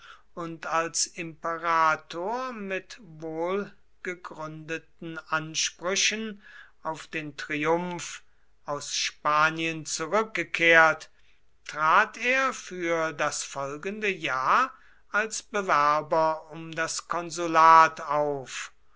und als imperator mit wohlgegründeten ansprüchen auf den triumph aus spanien zurückgekehrt trat er für das folgende jahr als bewerber um das konsulat auf